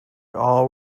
all